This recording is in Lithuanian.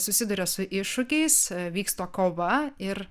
susiduria su iššūkiais vyksta kova ir